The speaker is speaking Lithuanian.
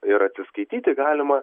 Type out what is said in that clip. ir atsiskaityti galima